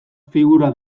figura